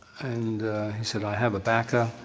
and he said, i have a backer,